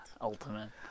Ultimate